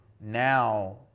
now